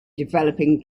developing